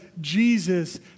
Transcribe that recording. Jesus